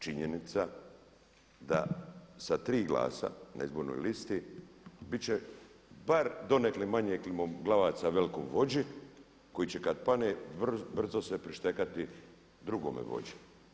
Činjenica da sa tri glasa na izbornoj listi biti će bar donekle manje klimoglavaca velikom vođi koji će kada padne brzo se prištekati drugome vođi.